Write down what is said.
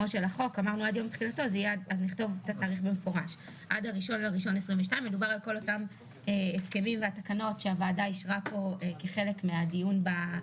אמרנו עד יום תחילתו אז נכתוב במפורש את התאריך עד 1 בינואר 2022. מדובר על כל אותם הסכמים ותקנות שהוועדה אישרה פה כחלק מהדיון בחוק: